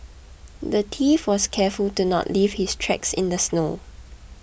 the thief was careful to not leave his tracks in the snow